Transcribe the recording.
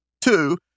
Two